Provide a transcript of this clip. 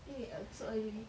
eight A_M so early